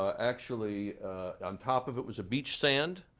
ah actually on top of it was a beach sand.